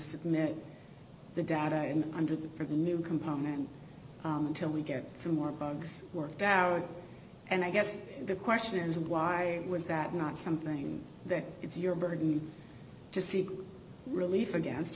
submit the data and under the for the new component till we get some more bugs worked out and i guess the question is why was that not something that is your burden to seek relief against